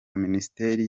minisiteri